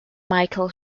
michael